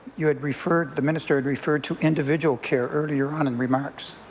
you had referred, the minister had referred to individual care earlier on in remarks.